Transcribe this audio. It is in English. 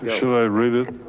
shall i read it?